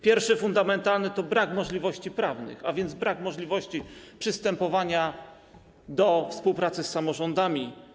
Pierwszy fundamentalny powód to brak możliwości prawnych, a więc brak możliwości przystępowania do współpracy z samorządami.